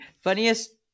Funniest